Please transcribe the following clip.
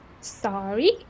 Sorry